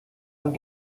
and